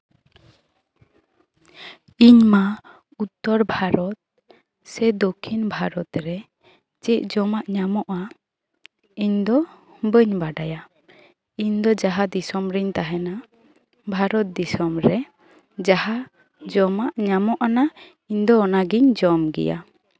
ᱤᱧ ᱢᱟ ᱩᱛᱛᱚᱨ ᱵᱷᱟᱨᱚᱛ ᱥᱮ ᱫᱚᱠᱠᱷᱤᱱ ᱵᱷᱟᱨᱚᱛ ᱨᱮ ᱪᱮᱫ ᱡᱚᱢᱟᱜ ᱧᱟᱢᱚᱜᱼᱟ ᱤᱧ ᱫᱚ ᱵᱟᱹᱧ ᱵᱟᱰᱟᱭᱟ ᱤᱧ ᱫᱚ ᱡᱟᱦᱟᱸ ᱫᱤᱥᱚᱢ ᱨᱤᱧ ᱛᱟᱦᱮᱱᱟ ᱵᱷᱟᱨᱚᱛ ᱫᱤᱥᱚᱢᱨᱮ ᱡᱟᱦᱟᱸ ᱡᱚᱢᱟᱜ ᱧᱟᱢᱚᱜ ᱟᱱᱟ ᱤᱧ ᱫᱚ ᱚᱱᱟᱜᱤᱧ ᱡᱚᱢ ᱜᱮᱭᱟ